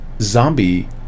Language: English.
zombie